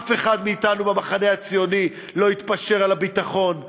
אף אחד מאתנו במחנה הציוני לא יתפשר על הביטחון,